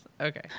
Okay